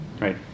right